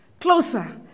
closer